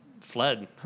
fled